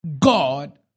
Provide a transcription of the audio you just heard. God